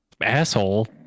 Asshole